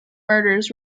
murders